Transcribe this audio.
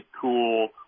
cool